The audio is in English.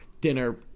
dinner